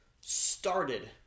started